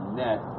net